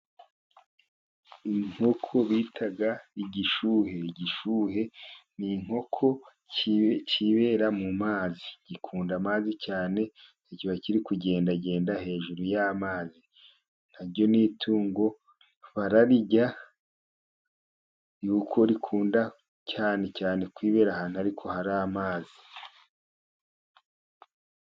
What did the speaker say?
Inkoko bita igishuhe. Igishuhe ni inkoko, cyibera mu mazi gikunda amazi cyane. Kiba kiri kugendagenda hejuru y'amazi na ryo ni itungo bararirya, yuko rikunda cyane cyane kwibera ahantu ariko hari amazi.